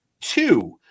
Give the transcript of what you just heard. two